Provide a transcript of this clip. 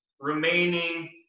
remaining